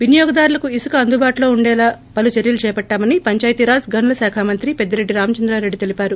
వినియోగదారులకు ఇసుక అందుబాటులో ఉండేలా పలు చర్చలు చేపట్లామని పంచాయతీ రాజ్ గనుల శాఖా మంత్రి పెద్దిరెడ్డి రామచంద్రారెడ్డి తెలిపారు